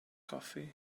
cafe